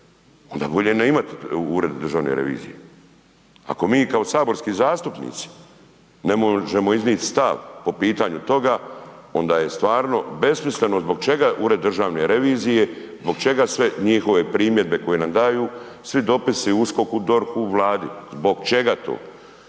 Onda bolje ne imati Ured državne revizije. Ako mi kao saborski zastupnici ne možemo iznijeti stav po pitanju toga, onda je stvarno besmisleno zbog čega Ured državne revizije, zbog čega sve njihove primjedbe koje nam daju, svi dopisi USKOK-u, DORH-u, Vladi. Zbog čega to?